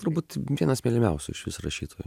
turbūt vienas mylimiausių išvis rašytojų